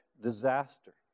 disaster